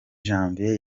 janvier